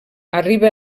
arriba